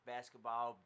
basketball